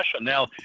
Now